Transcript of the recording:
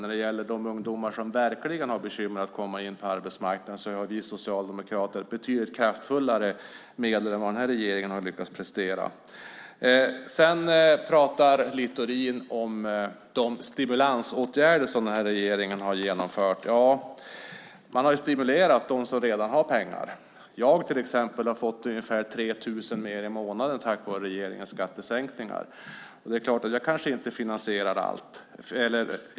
När det gäller de ungdomar som verkligen har bekymmer att komma in på arbetsmarknaden har vi socialdemokrater betydligt kraftfullare medel än vad den här regeringen har lyckats prestera. Littorin pratar om de stimulansåtgärder som den här regeringen har genomfört. Man har stimulerat dem som redan har pengar. Jag har till exempel fått ungefär 3 000 mer i månaden tack vare regeringens skattesänkningar.